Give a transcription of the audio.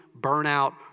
burnout